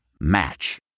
Match